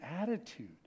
attitude